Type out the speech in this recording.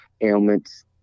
ailments